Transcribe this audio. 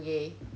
!yay!